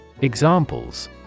Examples